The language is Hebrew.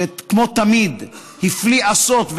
שכמו תמיד הפליא עשות,